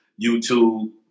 YouTube